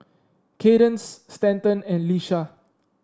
Kaydence Stanton and Leisha